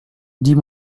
dis